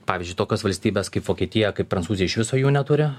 pavyzdžiui tokios valstybės kaip vokietija kaip prancūzija iš viso jų neturi